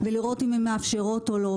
ולראות אם הן מאפשרות או לא.